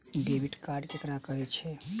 Debit card ककरा कहै छै?